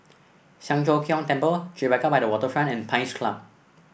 Siang Cho Keong Temple Tribeca by the Waterfront and Pines Club